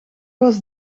was